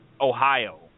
Ohio